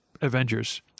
Avengers